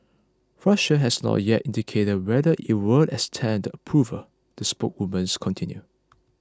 Russia has not yet indicated whether it will extend the approvals the spokeswoman continued